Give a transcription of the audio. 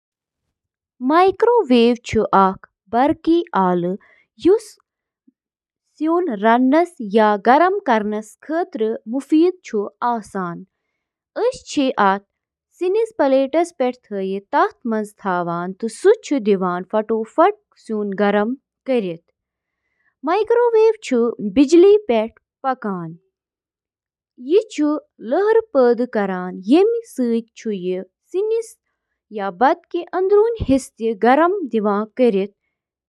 refrigerator چھِ fridge کِس أنٛدرِمِس حصہٕ پٮ۪ٹھ گرمی ہٹاونہٕ خٲطرٕ ریفریجرنٹُک بند نظام استعمال کٔرِتھ کٲم کران، یُس کھٮ۪ن تازٕ تھاوان چھُ: